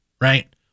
right